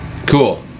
cool